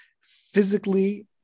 physically